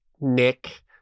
Nick